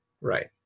Right